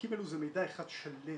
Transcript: הפרקים האלה זה מידע אחד שלם.